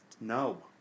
No